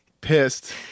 pissed